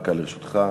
דקה לרשותך.